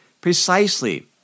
Precisely